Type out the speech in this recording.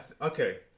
okay